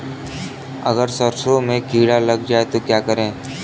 अगर सरसों में कीड़ा लग जाए तो क्या करें?